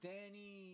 Danny